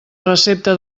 recepta